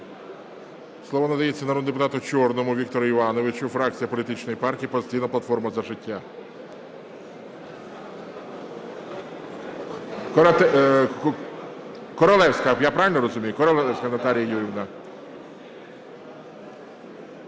Слово надається народному депутату Чорному Віктору Івановичу, фракція політичної партії "Опозиційна платформа – За життя". Королевська. Я правильно розумію? Королевська Наталія Юріївна.